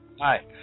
Hi